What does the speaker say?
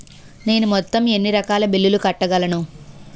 నేను మొత్తం ఎన్ని రకాల బిల్లులు కట్టగలను?